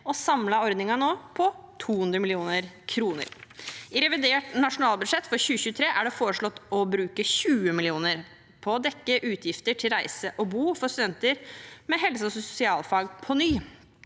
og samlet er ordningene nå på 200 mill. kr. I revidert nasjonalbudsjett for 2023 er det foreslått å bruke 20 mill. kr på å dekke reise- og boutgifter for studenter med helse- og sosialfag på ny.